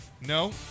No